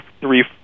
three